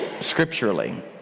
scripturally